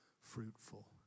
fruitful